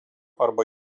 arba